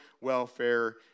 welfare